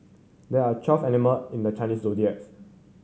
there are twelve animal in the Chinese zodiacs